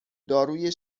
داروی